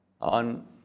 on